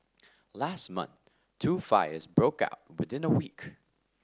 last month two fires broke out within a week